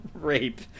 rape